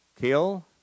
kill